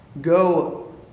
go